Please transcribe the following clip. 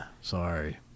sorry